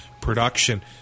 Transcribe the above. production